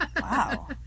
Wow